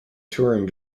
touring